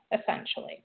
essentially